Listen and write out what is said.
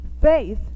Faith